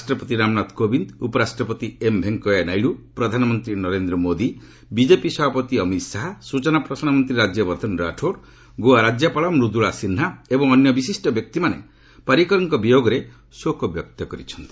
ରାଷ୍ଟପତି ରାମନାଥ କୋବିନ୍ଦ ଉପରାଷ୍ଟ୍ରପତି ଏମ୍ ଭେଙ୍କୟା ନାଇଡୁ ପ୍ରଧାନମନ୍ତ୍ରୀ ନରେନ୍ଦ୍ର ମୋଦି ବିଜେପି ସଭାପତି ଅମିତ ଶାହା ସୂଚନା ପ୍ରସାରଣ ମନ୍ତ୍ରୀ ରାଜ୍ୟବର୍ଦ୍ଧନ ରାଠୋର ଗୋଆ ରାଜ୍ୟପାଳ ମୃଦୁଳା ସିହ୍ନା ଏବଂ ଅନ୍ୟ ବିଶିଷ୍ଠ ବ୍ୟକ୍ତିମାନେ ପାରିକରଙ୍କ ବିୟୋଗରେ ଶୋକ ବ୍ୟକ୍ତ କରିଛନ୍ତି